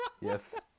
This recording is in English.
Yes